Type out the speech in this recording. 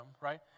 right